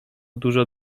dużo